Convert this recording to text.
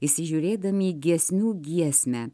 įsižiūrėdami į giesmių giesmę